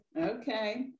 Okay